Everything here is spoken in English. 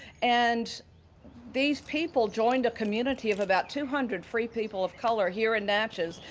and these people joined a community of about two hundred free people of color here in natchez,